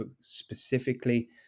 specifically